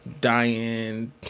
Dying